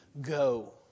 go